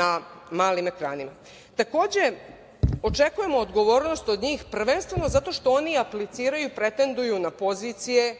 na malim ekranima. Takođe, očekujemo odgovornost od njih prvenstveno zato što oni apliciraju i pretenduju na pozicije